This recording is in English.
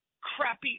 crappy